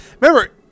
remember